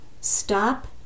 Stop